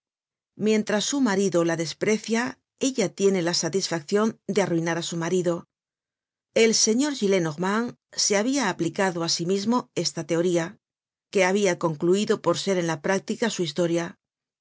mientras su marido la desprecia ella tiene la satisfaccion de arruinar á su marido el señor gillenormand se habia aplicado á sí mismo esta teoría que habia concluido por ser en la práctica su historia